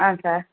ஆ sir